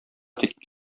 тик